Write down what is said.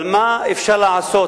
אבל מה אפשר לעשות,